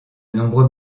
nombreux